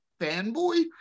fanboy